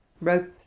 Rope